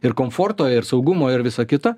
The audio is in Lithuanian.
ir komforto ir saugumo ir visa kita